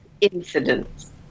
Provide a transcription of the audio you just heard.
incidents